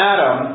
Adam